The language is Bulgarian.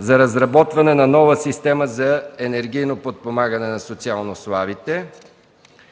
разработването на нова система за енергийно подпомагане на социално слабите;